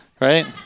right